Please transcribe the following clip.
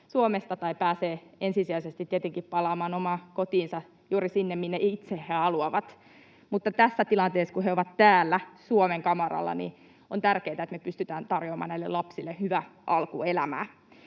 tai pääsee ensisijaisesti tietenkin palaamaan omaan kotiinsa, juuri sinne, minne he itse haluavat, mutta tässä tilanteessa, kun he ovat täällä, Suomen kamaralla, on tärkeätä, että me pystytään tarjoamaan näille lapsille hyvä alku elämään.